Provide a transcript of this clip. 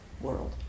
world